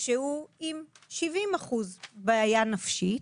שהוא עם 70% בעיה נפשית,